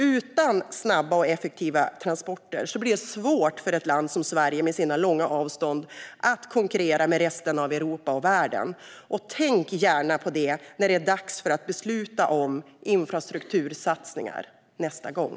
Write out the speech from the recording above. Utan snabba och effektiva transporter blir det svårt för ett land som Sverige, med sina långa avstånd, att konkurrera med resten av Europa och världen. Tänk gärna på det när det är dags att besluta om infrastruktursatsningar nästa gång!